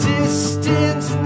Distance